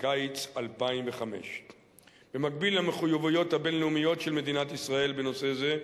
בקיץ 2005. במקביל למחויבויות הבין-לאומיות של מדינת ישראל בנושא זה,